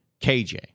KJ